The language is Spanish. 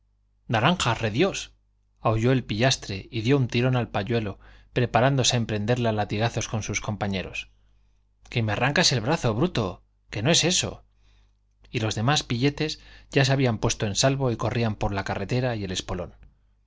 naranjas rediós aulló el pillastre y dio un tirón al pañuelo preparándose a emprenderla a latigazos con sus compañeros que me arrancas el brazo bruto y que no es eso los demás pilletes ya se habían puesto en salvo y corrían por la carretera y el espolón